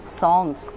songs